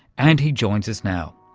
and he joins us now.